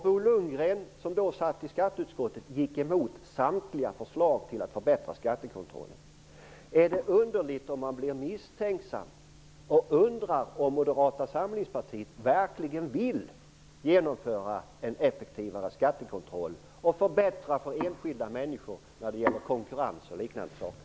Bo Lundgren, som då satt i skatteutskottet, gick emot samtliga av dessa förslag. Är det underligt om man blir misstänksam och frågar sig om Moderata samlingspartiet verkligen vill genomföra en effektivare skattekontroll som skulle förbättra för enskilda människor när det gäller konkurrens och liknande saker?